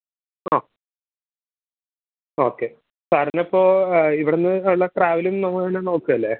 അ okay സാറിനിപ്പോൾ ഇവിടുന്ന് ഉള്ള ട്രാവലിങ് നമ്മൾ തന്നെ നോക്കുവല്ലേ